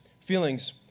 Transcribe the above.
feelings